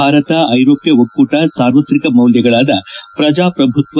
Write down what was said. ಭಾರತ ಐರೋಪ್ತ ಒಕ್ಕೂಟ ಸಾರ್ವತ್ರಿಕ ಮೌಲ್ಯಗಳಾದ ಪ್ರಜಾಪ್ರಭುತ್ವ